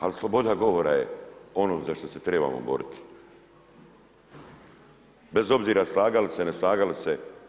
Ali sloboda govora je ono za što se trebamo boriti bez obzira slagali se, ne slagali se.